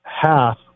half